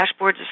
dashboards